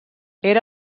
era